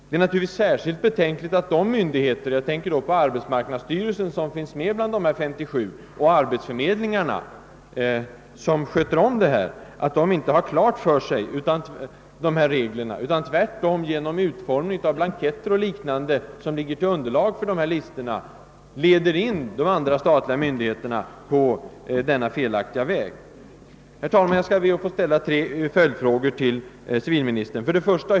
Det är naturligtvis särskilt betänkligt att arbetsmarknadsstyrelsen, som finns med bland dessa 57 myndigheter, och arbetsförmedlingarna, som ger ut dessa listor, tydligen inte känner till gällande regler utan tvärtom genom utformningen av de blanketter som utgör underlaget för listorna leder in de andra statliga myndigheterna på denna felaktiga väg. Herr talman! Jag skall be att få ställa tre följdfrågor till civilministern: 1.